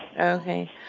Okay